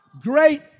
Great